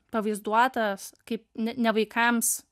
pavaizduota kaip ne ne vaikams